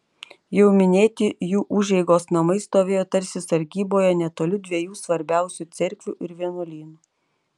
jau minėti jų užeigos namai stovėjo tarsi sargyboje netoli dviejų svarbiausių cerkvių ir vienuolynų